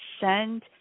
send